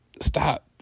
stop